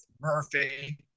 Murphy